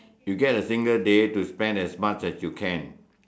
you can get a single day to spend as much as you can